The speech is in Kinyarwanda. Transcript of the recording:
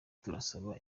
turasaba